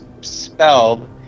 spelled